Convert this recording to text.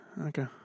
Okay